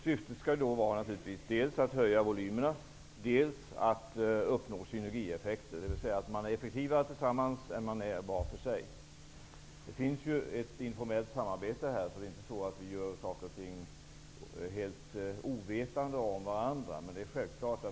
Syftet skall naturligtvis vara dels att öka volymerna, dels att uppnå synergieffekter, dvs. att man blir effektivare tillsammans än man är var för sig. Det förekommer ett informellt samarbete, och det är inte så att man gör saker och ting helt ovetande om varandras insatser.